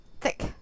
thick